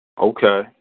Okay